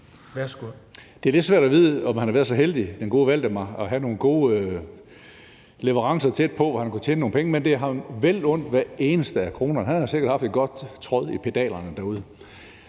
Det er lidt svært at vide, om den gode Valdemar har været så heldig at have nogle gode leverancer tæt på, så han kunne tjene nogle penge, men hver eneste krone er ham vel undt. Han har sikkert haft et godt tråd i pedalerne derude.